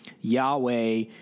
Yahweh